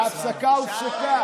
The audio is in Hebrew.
ההצבעה הופסקה.